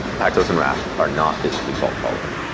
paxos and raft are not byzantine fault-tolerant.